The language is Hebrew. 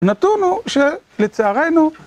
נתוו הוא, שלצערנו...